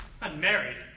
Unmarried